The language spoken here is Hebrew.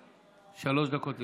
גברתי, שלוש דקות לרשותך.